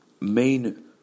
main